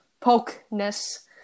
pokeness